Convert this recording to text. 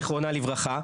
זיכרונה לברכה,